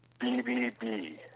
BBB